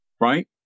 right